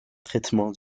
traitement